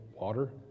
water